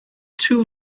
too